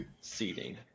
Seating